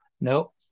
no